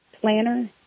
planner